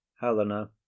helena